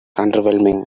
underwhelming